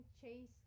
chase